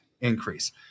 increase